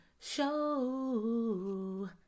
show